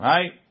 Right